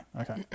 Okay